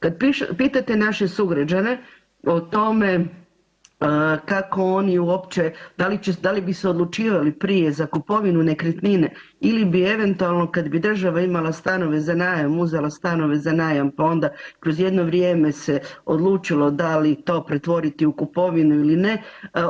Kad pitate naše sugrađane o tome kako oni uopće, da li bi se odlučivali prije za kupovinu nekretnine ili bi eventualno kad bi država imala stanove za najam, uzela stanove za najam, pa onda kroz jedno vrijeme se odlučilo da li to pretvoriti u kupovinu ili ne,